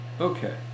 Okay